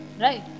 right